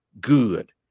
Good